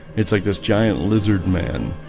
it's like this giant lizard man